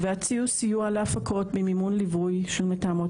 והציעו סיור להפקות במימון ליווי של מתאמות